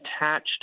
attached